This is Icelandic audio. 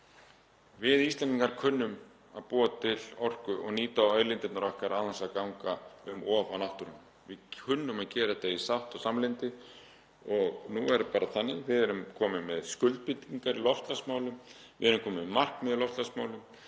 Við Íslendingar kunnum að búa til orku og nýta auðlindirnar okkar án þess að ganga um of á náttúruna. Við kunnum að gera þetta í sátt og samlyndi og nú er bara þannig að við erum komin með skuldbindingar í loftslagsmálum, við erum komin með markmið í loftslagsmálum,